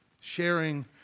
Sharing